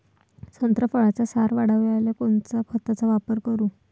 संत्रा फळाचा सार वाढवायले कोन्या खताचा वापर करू?